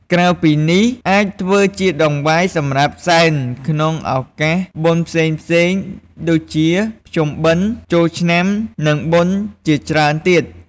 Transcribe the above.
ក្រៅពីនេះអាចធ្វើជាដង្វាយសម្រាប់សែនក្នុងឧកាសបុណ្យផ្សេងៗ ដូចជាភ្ជុំបិណ្ឌ ចូលឆ្នាំនិងបុណ្យជាច្រើនទៀត